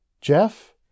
Jeff